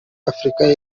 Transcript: afurika